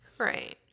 right